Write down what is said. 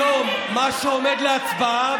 היום מה שעומד להצבעה,